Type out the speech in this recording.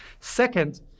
Second